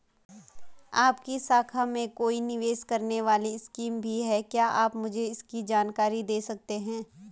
आपकी शाखा में कोई निवेश करने वाली स्कीम भी है क्या आप मुझे इसकी जानकारी दें सकते हैं?